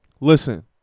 Listen